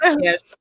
Yes